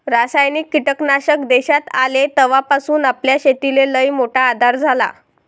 रासायनिक कीटकनाशक देशात आले तवापासून आपल्या शेतीले लईमोठा आधार झाला